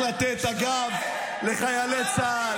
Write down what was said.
אחד הדברים היחידים --- אנחנו נמשיך לתת את הגב לחיילי צה"ל,